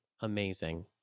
Amazing